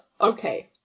Okay